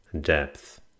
depth